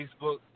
Facebook